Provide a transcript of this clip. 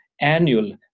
annual